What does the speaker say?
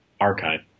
archive